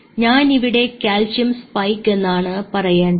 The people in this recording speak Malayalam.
ഞാൻ ഇവിടെ കാൽസ്യം സ്പൈക്ക് എന്നാണ് പറയേണ്ടത്